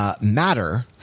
Matter